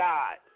God